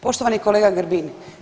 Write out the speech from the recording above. Poštovani kolega Grbin.